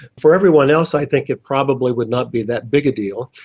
for everyone else i think it probably would not be that big a deal,